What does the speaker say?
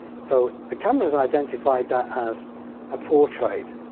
so the camera has identified that as a portrait.